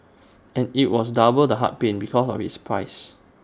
and IT was double the heart pain because of its price